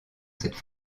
cette